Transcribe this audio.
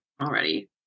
already